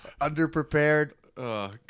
underprepared